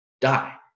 die